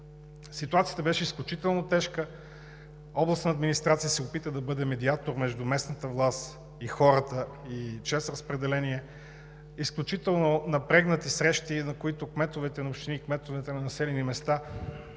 Ситуацията беше изключително тежка. Областна администрация се опита да бъде медиатор между местната власт, хората и „ЧЕЗ Разпределение“. Изключително напрегнати срещи, на които кметовете на общини и кметовете на населени места